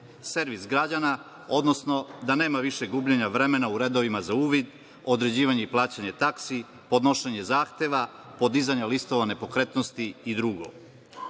servis građana, odnosno da nema više gubljenja vremena u redovima za uvid, određivanje i plaćanje taksi, podnošenje zahteva, podizanja listova nepokretnosti i drugo.U